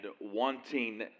wanting